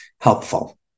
helpful